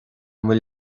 bhfuil